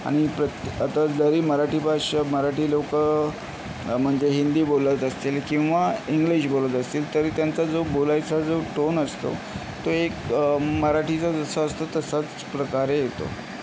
आणि प्र आता जरी मराठी भाषा मराठी लोकं म्हणजे हिंदी बोलत असतील किंवा इंग्लिश बोलत असतील तरी त्यांचा जो बोलायचा जो टोन असतो तो एक मराठीचा जसा असतो तशाच प्रकारे येतो